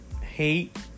hate